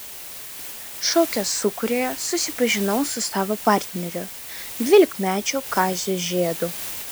šokio sūkuryje susipažinau su savo partneriu dvylikmečiu kaziu žiedu